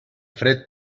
fred